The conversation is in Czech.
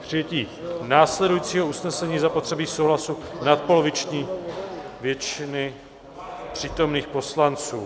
K přijetí následujícího usnesení je zapotřebí souhlasu nadpoloviční většiny přítomných poslanců.